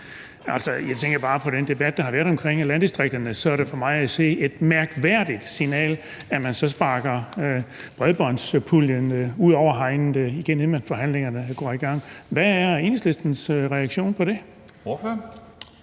jeg tænker bare på den debat, der har været omkring landdistrikterne, og så er det for mig at se et mærkværdigt signal, at man så sparker bredbåndspuljen ud over hegnet igen, inden forhandlingerne går i gang. Hvad er Enhedslistens reaktion på det?